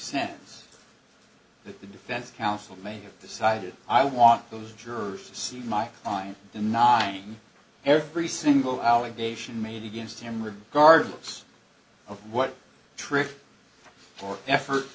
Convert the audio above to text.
that the defense counsel may have decided i want those jurors see my mind denying every single allegation made against him regardless of what trip or effort